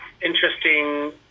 Interesting